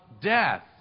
death